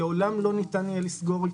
לעולם לא ניתן יהיה לסגור אותה.